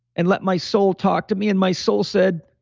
and let my soul talk to me and my soul said,